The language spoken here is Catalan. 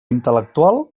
intel·lectual